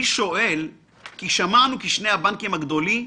אני שואל, כי שמענו ששני הבנקים הגדולים,